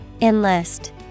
Enlist